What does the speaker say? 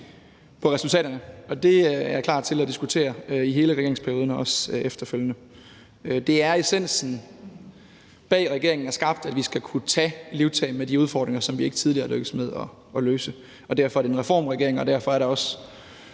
på resultaterne, og det er jeg klar til at diskutere i hele regeringsperioden, også efterfølgende. Det er essensen af det, der har skabt regeringen, nemlig at vi skal kunne tage livtag med de udfordringer, som vi ikke tidligere er lykkedes med at løse, og derfor er det en reformregering, og derfor er der også